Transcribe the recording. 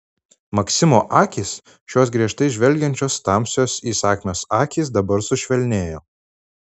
maksimo akys šios griežtai žvelgiančios tamsios įsakmios akys dabar sušvelnėjo